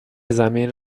زمین